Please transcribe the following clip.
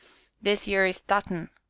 this yere is dutton.